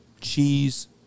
cheese